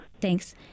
Thanks